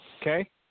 Okay